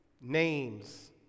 names